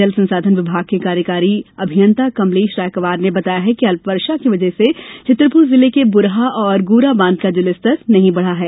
जल संसाधन विभाग के कार्यकारी अभियंता कमलेश रायकवार ने बताया है कि अल्पवर्षा की वजह से छतरपुर जिले के बुरहा और गोरा बांध का जलस्तर नहीं बढ़ा है